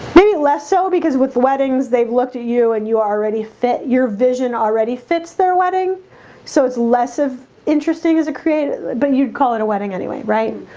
may be less so because with weddings they've looked at you and you are already fit your vision already fits their wedding so it's less of interesting as a creative, but you'd call it a wedding anyway, right?